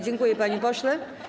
Dziękuję, panie pośle.